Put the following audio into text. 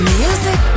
music